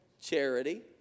charity